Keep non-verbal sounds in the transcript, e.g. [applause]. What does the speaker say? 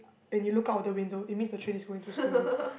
when you look out of the window it means the train is going too slowly [breath]